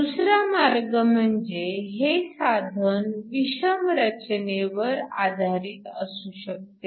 दुसरा मार्ग म्हणजे हे साधन विषम रचनेवर आधारित असू शकते